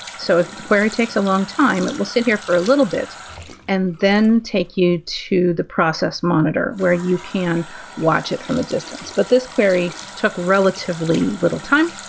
so if the query takes a long time, it will sit here for a little bit and then take you to the process monitor where you can watch it from a distance. but this query took relatively little time.